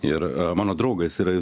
ir mano draugas yra